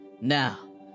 Now